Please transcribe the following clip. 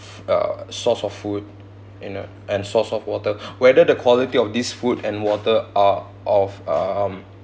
uh source of food you know and source of water whether the quality of these food and water are of um